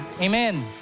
Amen